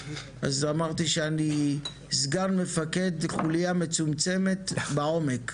אז אמרתי שאני סגן מפקד חוליה מצומצמת בעומק.